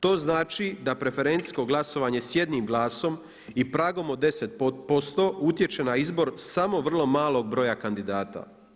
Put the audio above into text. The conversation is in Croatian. To znači da preferencijsko glasovanje s jednim glasom i pragom od 10% utječe na izbor samo vrlo malog broja kandidata.